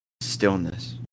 stillness